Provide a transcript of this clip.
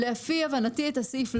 לפי הבנתי את הסעיף,